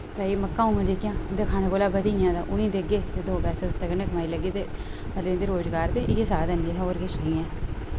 तां मक्कां होन जेह्कियां उं'दे खाने कोला बधी जान तां उ'नें गी देगे ते दो पैसे उसदे कन्नै कमाई लैह्गे ते इं'दे रुजगार दे इ'यै साधन न होर किश नेईं ऐ